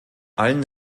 allen